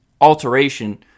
alteration